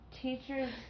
teacher's